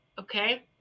Okay